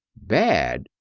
bad!